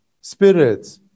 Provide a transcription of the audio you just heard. spirits